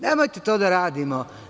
Nemojte to da radimo.